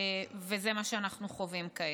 וזה מה שאנחנו חווים כעת.